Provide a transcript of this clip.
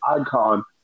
icon